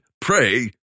Pray